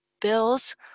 bills